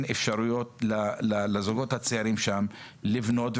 אפשרויות לזוגות הצעירים שם לבנות ולהתפתח.